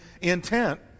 intent